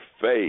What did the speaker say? faith